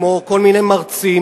כמו כל מיני מרצים,